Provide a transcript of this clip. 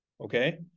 okay